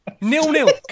Nil-nil